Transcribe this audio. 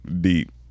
deep